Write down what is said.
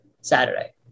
Saturday